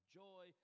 joy